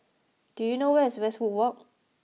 do you know where is Westwood Walk